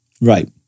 Right